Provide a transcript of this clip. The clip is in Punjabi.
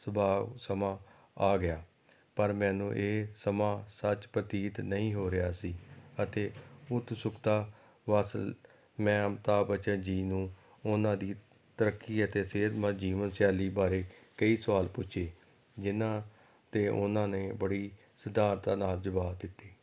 ਸੁਭਾਗ ਸਮਾਂ ਆ ਗਿਆ ਪਰ ਮੈਨੂੰ ਇਹ ਸਮਾਂ ਸੱਚ ਪ੍ਰਤੀਤ ਨਹੀਂ ਹੋ ਰਿਹਾ ਸੀ ਅਤੇ ਉਤਸੁਕਤਾ ਵੱਸ ਮੈਂ ਅਮਿਤਾਬ ਬੱਚਨ ਜੀ ਨੂੰ ਉਹਨਾਂ ਦੀ ਤਰੱਕੀ ਅਤੇ ਸਿਹਤਮੰਦ ਜੀਵਨਸ਼ੈਲੀ ਬਾਰੇ ਕਈ ਸਵਾਲ ਪੁੱਛੇ ਜਿਨ੍ਹਾਂ 'ਤੇ ਉਹਨਾਂ ਨੇ ਬੜੀ ਸਿਧਾਰਤਾ ਨਾਲ ਜਵਾਬ ਦਿੱਤੇ